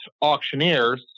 auctioneers